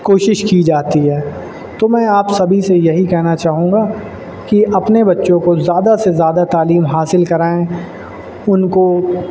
کوشش کی جاتی ہے تو میں آپ سبھی سے یہی کہنا چاہوں گا کہ اپنے بچوں کو زیادہ سے زیادہ تعلیم حاصل کرائیں ان کو